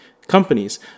Companies